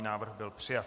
Návrh byl přijat.